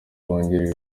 wungirije